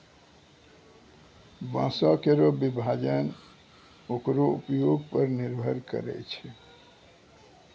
बांसों केरो विभाजन ओकरो उपयोग पर निर्भर करै छै